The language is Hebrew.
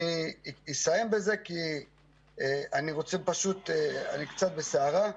אני אסיים בזה, אני קצת בסערה.